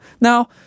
Now